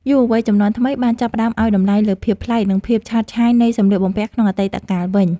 យុវវ័យជំនាន់ថ្មីបានចាប់ផ្តើមឱ្យតម្លៃលើភាពប្លែក និងភាពឆើតឆាយនៃសម្លៀកបំពាក់ក្នុងអតីតកាលវិញ។